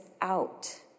out